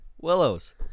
Willows